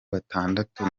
batandatu